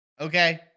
Okay